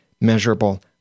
measurable